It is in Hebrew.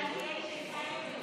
חבר הכנסת חיים כץ,